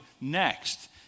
Next